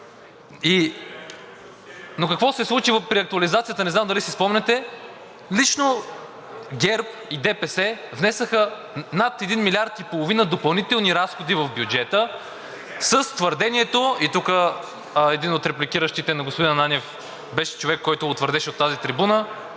но какво се е случило при актуализацията не знам дали си спомняте, а лично ГЕРБ и ДПС внесоха над 1,5 милиарда допълнителни разходи в бюджета с твърдението – и тук един от репликиращите на господин Ананиев беше човек, който го твърдеше от тази трибуна,